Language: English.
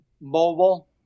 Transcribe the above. Mobile